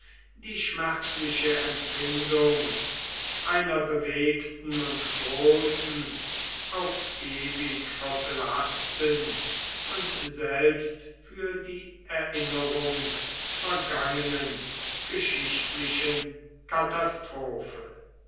die schmerzliche empfindung einer bewegten und großen auf ewig verblaßten und selbst für die erinnerung vergangenen geschichtlichen katastrophe